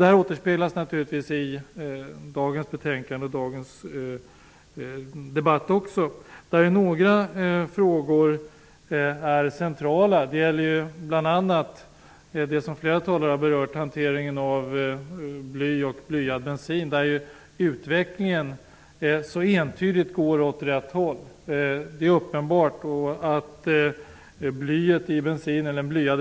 Det här återspeglas naturligtvis i det aktuella betänkandet och i dagens debatt. Några frågor är centrala, bl.a. den som flera talare har berört, dvs. hanteringen av blyad bensin. Utvecklingen går där entydigt åt rätt håll. Det är då uppenbart att den blyade